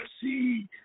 see